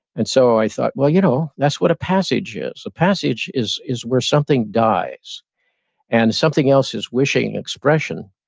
and so i thought, well, you know that's what a passage is, a passage is is where something dies and something else is wishing expression,